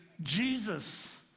Jesus